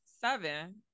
seven